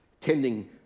tending